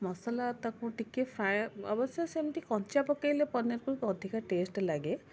ମସଲା ତାକୁ ଟିକିଏ ଫ୍ରାଏ ଅବଶ୍ୟ ସେମିତି କଞ୍ଚା ପକାଇଲେ ପନିର୍କୁ ଅଧିକା ଟେଷ୍ଟ ଲାଗେ